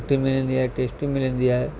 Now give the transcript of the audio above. सुठी मिलंदी आहे टेस्टी मिलंदी आहे